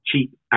cheap